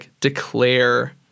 declare